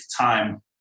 time